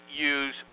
use